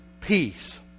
peace